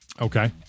Okay